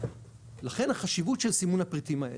לכן החשיבות של סימון הפריטים האלה.